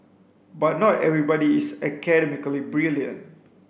but not everybody is academically brilliant